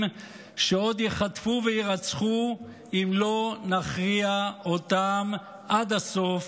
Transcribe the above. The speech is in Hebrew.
שעוד ייחטפו ויירצחו אם לא נכריע אותם עד הסוף,